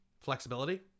flexibility